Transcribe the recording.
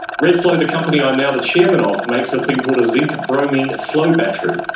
redflow, the company i am now the chairman of, makes a thing called a zinc bromine flow battery.